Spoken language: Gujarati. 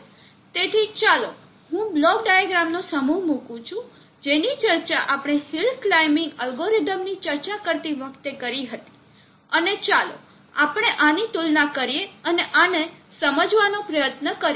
તેથી ચાલો હું બ્લોક ડાયાગ્રામનો સમૂહ મુકું છું જેની ચર્ચા આપણે હિલ ક્લાઇમ્બીંગ એલ્ગોરિધમની ચર્ચા કરતી વખતે કરી હતી અને ચાલો આપણે આની તુલના કરીએ અને આને સમજવાનો પ્રયત્ન કરીએ